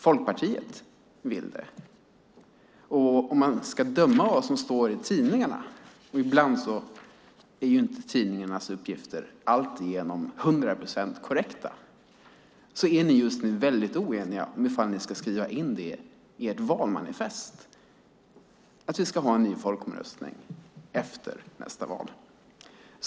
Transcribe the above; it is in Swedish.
Folkpartiet vill det, och om man ska döma av vad som står i tidningarna - ibland är tidningarnas uppgifter inte hundra procent korrekta - är ni just nu väldigt oeniga om ifall ni ska skriva in i ert valmanifest att vi ska ha en ny folkomröstning efter nästa val.